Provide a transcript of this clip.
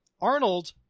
Arnold